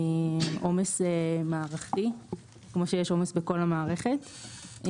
וזה עומס מערכתי כמו שיש בכל המערכת.